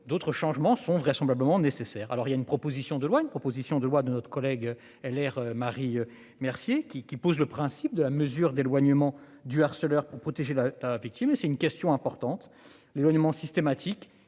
d'autres changements sont vraisemblablement nécessaire. Alors il y a une proposition de loi, une proposition de loi de notre collègue. LR Marie Mercier qui qui pose le principe de la mesure d'éloignement du harceleur pour protéger la victime. C'est une question importante. L'éloignement systématique